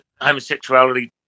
homosexuality